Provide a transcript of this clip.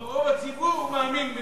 אבל רוב הציבור מאמין בזה,